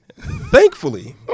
Thankfully